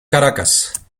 caracas